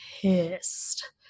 pissed